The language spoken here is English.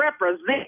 represent